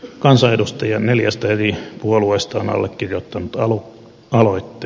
kansanedustajia neljästä eri puolueesta on allekirjoittanut aloitteen